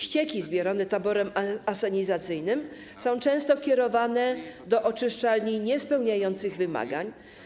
Ścieki zbierane taborem asenizacyjnym są często kierowane do oczyszczalni niespełniających wymagań.